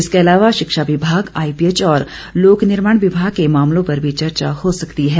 इसके अलावा शिक्षा विभाग आईपीएच और लोकनिर्माण विभाग के मामलों पर भी चर्चा हो सकती है